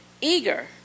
eager